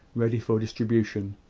ready for distribution,